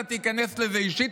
תיכנס לזה אישית.